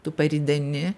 tu parideni